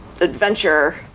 adventure